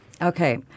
Okay